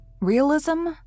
Realism